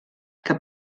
que